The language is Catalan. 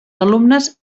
alumnes